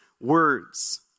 words